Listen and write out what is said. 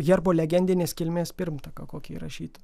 herbo legendinės kilmės pirmtaką kokį įrašyti